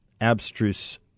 abstruse